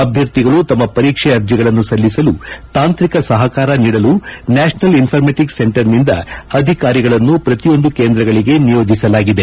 ಅಭ್ಯರ್ಥಿಗಳು ತಮ್ಮ ಪರೀಕ್ಷೆ ಅರ್ಜಗಳನ್ನು ಸಲ್ಲಿಸಲು ತಾಂತ್ರಿಕ ಸಹಕಾರ ನೀಡಲು ನ್ಯಾಷನಲ್ ಇನ್ಫಾರ್ಮೆಟಿಕ್ಸ್ ಸೆಂಟರ್ನಿಂದ ಅಧಿಕಾರಿಗಳನ್ನು ಪ್ರತಿಯೊಂದು ಕೇಂದ್ರಗಳಗೆ ನಿಯೋಜಿಸಲಾಗಿದೆ